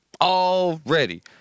already